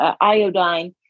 iodine